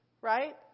Right